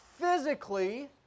physically